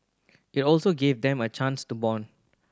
it also gave them a chance to bond